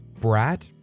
Brat